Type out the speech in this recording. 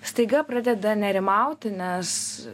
staiga pradeda nerimauti nes